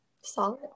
Solid